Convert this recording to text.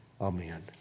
Amen